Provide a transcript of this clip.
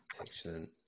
Excellent